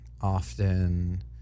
often